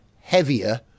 heavier